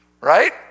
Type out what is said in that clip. Right